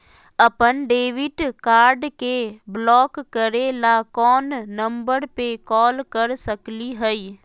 अपन debit card के block करे ला कौन नंबर पे कॉल कर सकली हई?